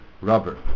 rubber